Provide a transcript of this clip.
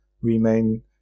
remain